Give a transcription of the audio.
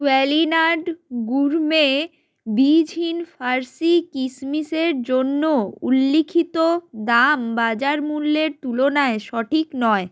কোঅ্যালিনাট গুরমে বীজহীন ফার্সি কিসমিসের জন্য উল্লিখিত দাম বাজার মূল্যের তুলনায় সঠিক নয়